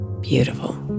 beautiful